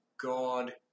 God